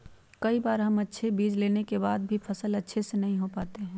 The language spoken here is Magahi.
कई बार हम अच्छे बीज लेने के बाद भी फसल अच्छे से नहीं हो पाते हैं?